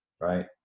right